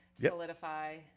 solidify